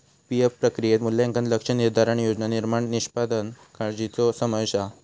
PF प्रक्रियेत मूल्यांकन, लक्ष्य निर्धारण, योजना निर्माण, निष्पादन काळ्जीचो समावेश हा